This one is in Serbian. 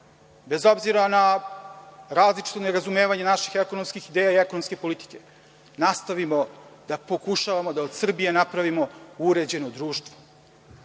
bez obzira na različito nerazumevanje naših ekonomskih ideja i ekonomske politike, nastavimo da pokušavamo da od Srbije napravimo uređeno društvo